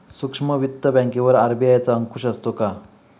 सूक्ष्म वित्त बँकेवर आर.बी.आय चा अंकुश असतो का?